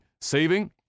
saving